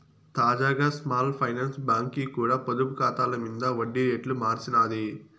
తాజాగా small finance బాంకీ కూడా పొదుపు కాతాల మింద ఒడ్డి రేట్లు మార్సినాది